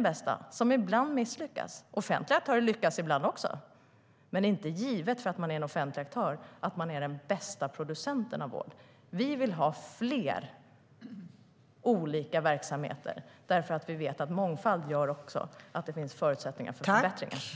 vara så att den misslyckas. Offentliga aktörer lyckas ibland också. Men det är inte givet att man är den bästa producenten av vård för att man är en offentlig aktör. Vi vill ha fler olika verksamheter därför att vi vet att mångfald gör att det finns förutsättningar för förbättringar.